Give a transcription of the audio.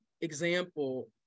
example